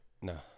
No